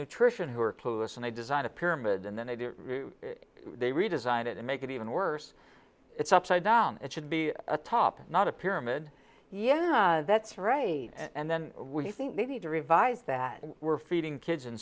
nutrition who are clueless and i designed a pyramid and then they redesigned it and make it even worse it's upside down it should be a top not a pyramid yeah that's right and then when you think they need to revise that we're feeding kids in